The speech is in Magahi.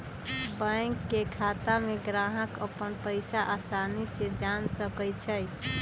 बैंक के खाता में ग्राहक अप्पन पैसा असानी से जान सकई छई